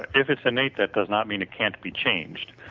if it's innate that does not mean it can't be changed.